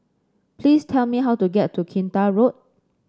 please tell me how to get to Kinta Road